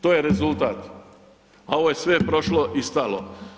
To je rezultat, a ovo je sve prošlo i stalo.